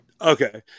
okay